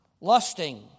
Lusting